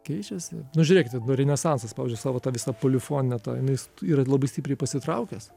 keičiasi nu žiūrėkite nu renesansas pavyzdžiui savo ta visa polifonija ta jinais yra labai stipriai pasitraukęs